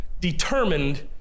determined